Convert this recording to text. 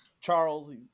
Charles